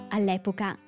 All'epoca